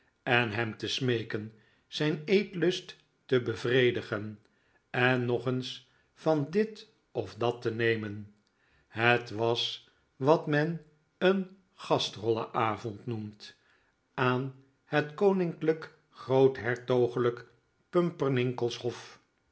en hem te smeeken zijn eetlust te bevredigen en nog eens van dit of dat te nemen het was wat men een gasf roe avond noemt aan het koninklijk groothertogelijk pumpernickelsche hof